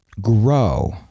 grow